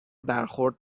برخورد